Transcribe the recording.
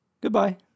Goodbye